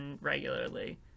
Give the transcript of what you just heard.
regularly